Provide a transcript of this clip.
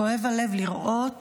כואב הלב לראות